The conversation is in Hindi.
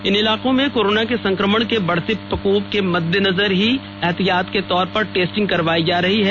इन इलाकों में कोरोना के संक्रमण के बढ़ते प्रकोप के मद्देनजर ही एहतियात के तौर पर टेस्टिंग करवाई जा रही है